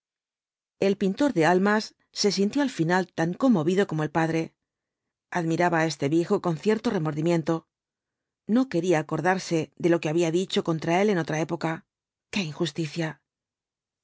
eu pintor de almas se sintió al final tan conmovido como el padre admiraba á este viejo con cierto remordimiento no quería acordarse de lo que había dicho contra él en otra época qué injusticia